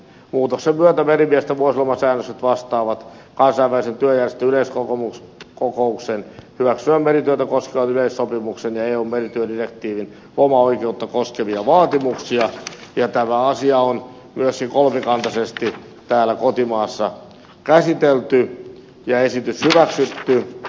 muutoksen myötä merimiesten vuosilomasäännökset vastaavat kansainvälisen työjärjestön yleiskokouksen hyväksymän merityötä koskevan yleissopimuksen ja eun merityödirektiivin lomaoikeutta koskevia vaatimuksia ja tämä asia on myöskin kolmikantaisesti täällä kotimaassa käsitelty ja esitys hyväksytty